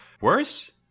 worse